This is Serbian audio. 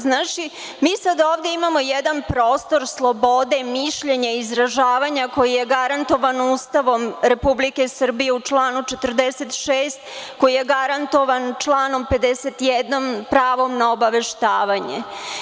Znači, mi sada ovde imamo jedan prostor, sloboda i mišljenja, izražavanja koje je garantovano Ustavom Republike Srbije u članu 46. koji je garantovan članom 51. pravom na obaveštavanje.